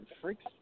Freaks